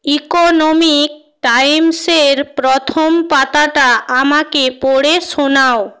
economic টাইমসের প্রথম পাতাটা আমাকে পড়ে শোনাও